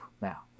now